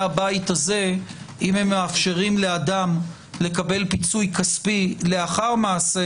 הבית הזה אם הם מאפשרים לאדם לקבל פיצוי כספי לאחר מעשה